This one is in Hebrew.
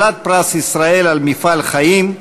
כלת פרס ישראל על מפעל חיים,